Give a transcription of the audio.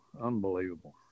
unbelievable